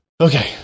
Okay